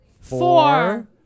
four